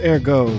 Ergo